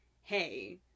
Hey